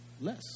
less